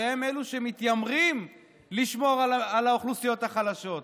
שהם אלו שמתיימרים לשמור על האוכלוסיות החלשות,